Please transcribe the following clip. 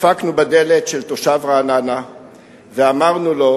דפקנו בדלת של תושב רעננה ואמרנו לו